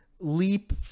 leap